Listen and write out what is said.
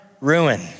ruin